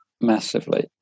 Massively